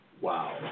wow